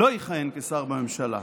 לא יכהן כשר בממשלה.